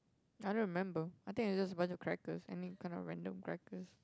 I don't remember I think it's just a bunch of crackers any kind of random crackers